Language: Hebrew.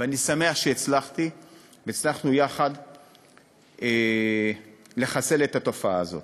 אני שמח שהצלחתי והצלחנו יחד לחסל את התופעה הזאת.